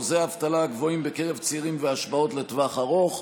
אחוזי האבטלה הגבוהים בקרב צעירים והשפעות לטווח ארוך.